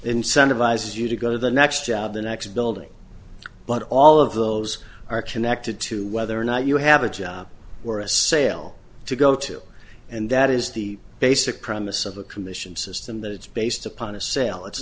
incentivize you to go to the next job the next building but all of those are connected to whether or not you have a job or a sale to go to and that is the basic premise of a commission system that it's based upon a sale it's